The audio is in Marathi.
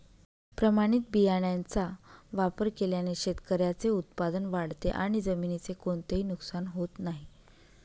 प्रमाणित बियाण्यांचा वापर केल्याने शेतकऱ्याचे उत्पादन वाढते आणि जमिनीचे कोणतेही नुकसान होत नाही